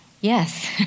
Yes